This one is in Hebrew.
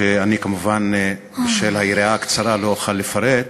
שאני כמובן, בשל היריעה הקצרה, לא אוכל לפרט,